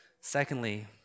Secondly